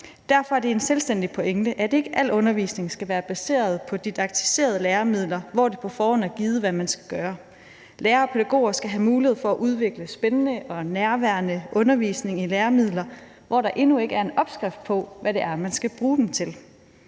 Derfor er det en selvstændig pointe, at ikke al undervisning skal være baseret på didaktiserende læremidler, hvor det på forhånd er givet, hvad man skal gøre. Lærere og pædagoger skal have mulighed for at udvikle spændende og nærværende undervisning i læremidler, hvor der endnu ikke er en opskrift på, hvad det er, man skal bruge dem til.